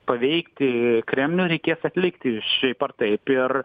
paveikti kremlių reikės atlikti šiaip ar taip ir